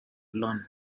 lon